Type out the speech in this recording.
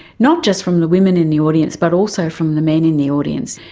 not just from the women in the audience but also from the men in the audience.